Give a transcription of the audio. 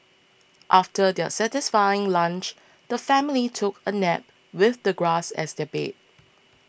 after their satisfying lunch the family took a nap with the grass as their bed